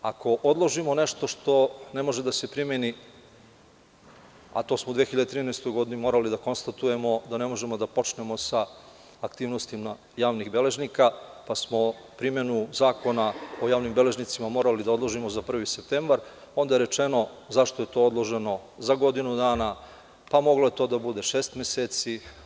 Ako odložimo nešto što ne može da se primeni, a to smo u 2013. godini morali da konstatujemo da ne možemo da počnemo sa aktivnostima javnih beležnika, pa smo primenu Zakona o javnim beležnicima morali da odložimo za prvi septembar, onda je rečeno zašto je to odloženo za godinu dana, pa moglo je to da bude šest meseci.